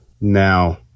Now